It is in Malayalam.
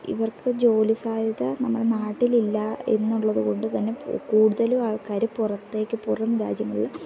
ഇവർക്ക് ജോലി സാധ്യത നമ്മുടെ നാട്ടിൽ ഇല്ല എന്നുള്ളത് കൊണ്ട് തന്നെ കൂടുതലും ആൾക്കാർ പുറത്തേക്ക് പുറം രാജ്യങ്ങളിൽ